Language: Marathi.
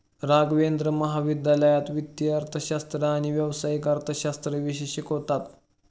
राघवेंद्र महाविद्यालयात वित्तीय अर्थशास्त्र आणि व्यावसायिक अर्थशास्त्र विषय शिकवतात